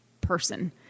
person